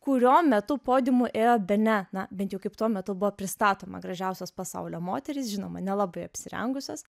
kurio metu podiumu ėjo bene na bent jau kaip tuo metu buvo pristatoma gražiausios pasaulio moterys žinoma nelabai apsirengusios